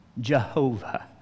Jehovah